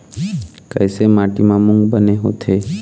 कइसे माटी म मूंग बने होथे?